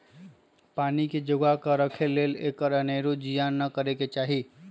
पानी के जोगा कऽ राखे लेल एकर अनेरो जियान न करे चाहि